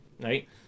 right